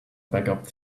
backup